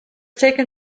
taken